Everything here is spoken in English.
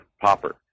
Popper